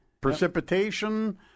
precipitation